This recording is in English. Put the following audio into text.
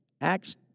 Acts